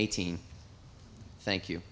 eighteen thank you